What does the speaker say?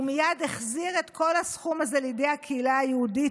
ומייד החזיר את כל הסכום הזה לידי הקהילה היהודית,